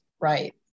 right